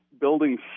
Building